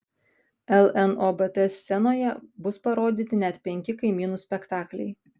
lnobt scenoje bus parodyti net penki kaimynų spektakliai